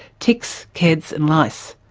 ticks, keds and lice.